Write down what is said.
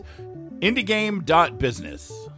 IndieGame.Business